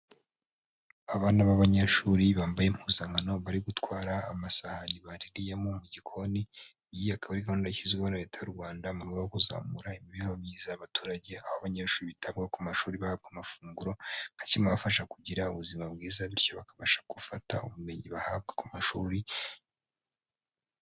Abana b'abanyeshuri bambaye impuzankano, bari gutwara amasahani baririyemo mu gikoni, iyi akaba ari gahunda yashyizweho na Leta y'u Rwanda mu rwego rwo kuzamura imibereho myiza y'abaturage, aho abanyeshuri bitabwaho ku mashuri bahabwa amafunguro, bikabafasha kugira ubuzima bwiza bityo bakabasha gufata ubumenyi bahabwa ku mashuri.